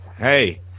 hey